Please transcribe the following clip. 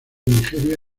nigeria